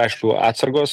aišku atsargos